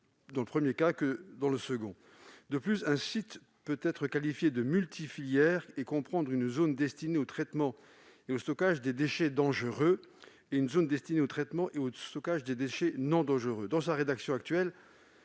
dans les deux types d'installations. De plus, un site peut être qualifié de multifilières et comprendre une zone destinée au traitement et au stockage des déchets dangereux et une autre destinée au traitement et au stockage des déchets non dangereux.